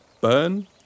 burn